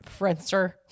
Friendster